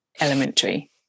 elementary